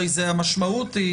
הרי, המשמעות היא